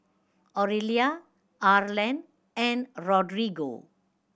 Aurelia Arlen and Rodrigo